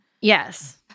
Yes